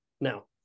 Now